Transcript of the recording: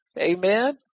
Amen